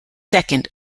second